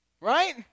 Right